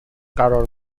قرار